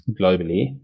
globally